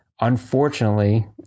unfortunately